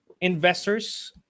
investors